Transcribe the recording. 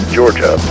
Georgia